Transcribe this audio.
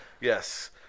yes